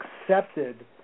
accepted